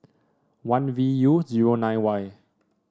one V U zero nine Y